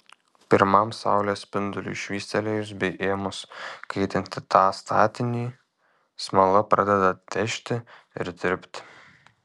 pirmam saulės spinduliui švystelėjus bei ėmus kaitinti tą statinį smala pradeda težti ir tirpti